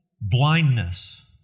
blindness